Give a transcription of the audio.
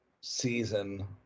season